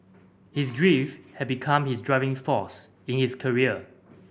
his grief had become his driving force in his career